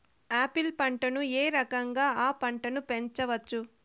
Apple పంటను ఏ రకంగా అ పంట ను పెంచవచ్చు?